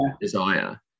desire